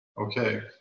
Okay